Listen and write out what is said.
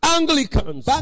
Anglicans